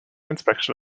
inspection